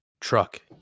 truck